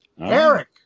Eric